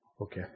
Okay